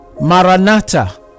maranatha